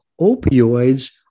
Opioids